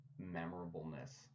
memorableness